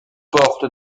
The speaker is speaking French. porte